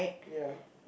ya